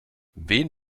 wen